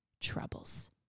troubles